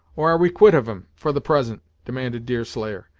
or are we quit of em, for the present, demanded deerslayer,